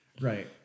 Right